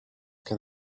can